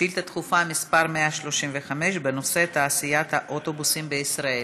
שאילתה דחופה מס' 135 בנושא: תעשיית האוטובוסים בישראל.